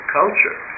culture